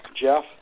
Jeff